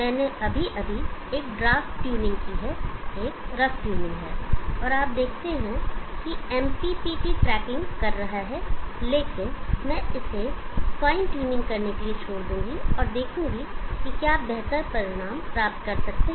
मैंने अभी अभी एक ड्राफ्ट ट्यूनिंग की है एक रफ ट्यूनिंग है और आप देखेंगे कि एमपीपीटी ट्रैकिंग कर रहा है लेकिन मैं इसे फाइन ट्यूनिंग करने के लिए छोड़ दूंगा और देखूंगा कि क्या आप बेहतर परिणाम प्राप्त कर सकते हैं